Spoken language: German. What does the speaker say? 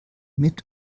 mit